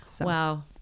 Wow